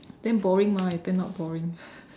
damn boring mah is that not boring